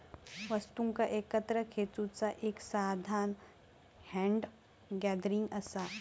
वस्तुंका एकत्र खेचुचा एक साधान हॅन्ड गॅदरिंग असा